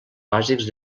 bàsics